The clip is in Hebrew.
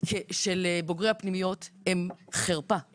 של בוגרי הפנימיות הם חרפה.